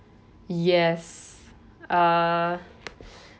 yes uh